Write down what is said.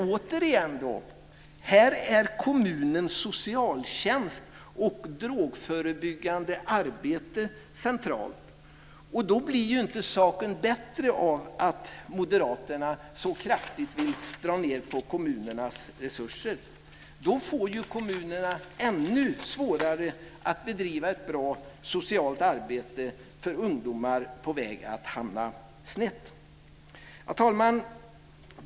Återigen, här har kommunens socialtjänst och drogförebyggande arbete centralt. Då blir saken inte bättre av att moderaterna så kraftigt vill dra ned på kommunernas resurser. Då får kommunerna det ännu svårare att bedriva ett bra socialt arbete för ungdomar på väg att hamna snett. Fru talman!